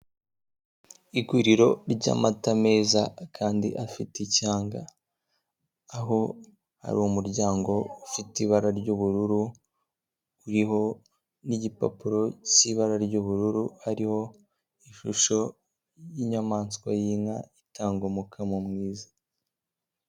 Iguriro ry'amata meza kandi afite icyanga, aho hari umuryango ufite ibara ry'ubururu, uriho n'igipapuro cy'ibara ry'ubururu, hariho ishusho y'inyamaswa y'inka, itanga umukamo mwiza.